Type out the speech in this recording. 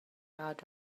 out